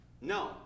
no